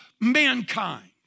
mankind